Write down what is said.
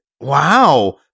Wow